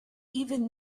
even